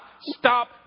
stop